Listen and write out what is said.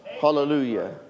Hallelujah